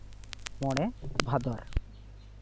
ᱢᱚᱬᱮ ᱵᱷᱟᱫᱚᱨ